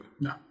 No